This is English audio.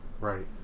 Right